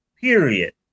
Period